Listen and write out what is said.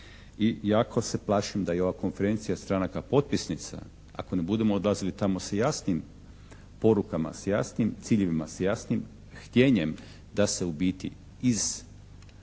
i jako se plašim da i ova konferencija stranaka potpisnica ako ne budemo odlazili tamo sa jasnim porukama, sa jasnim ciljevima, sa jasnim htijenjem da se ubiti iz